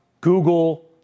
Google